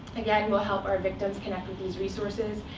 again, we'll help our victims connect with these resources.